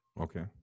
okay